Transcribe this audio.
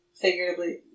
figuratively